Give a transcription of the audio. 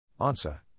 Answer